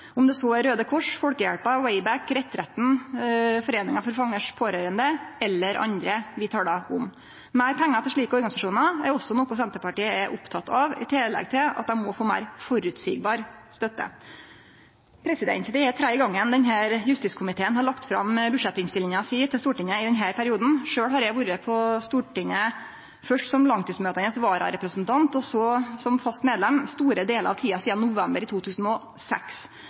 om det så er Raudekrossen, Folkehjelpa, Wayback, Retretten, foreininga For Fangers Pårørende eller andre vi talar om. Meir pengar til slike organisasjonar er også noko Senterpartiet er oppteke av, i tillegg til at dei må få meir føreseieleg støtte. Det er tredje gongen denne justiskomiteen har lagt fram budsjettinnstillinga si til Stortinget i denne perioden. Sjølv har eg vore på Stortinget – først som langtidsmøtande vararepresentant og seinare som fast medlem – store delar av tida sidan november 2006. Det eg har observert i